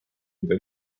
mida